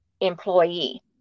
employee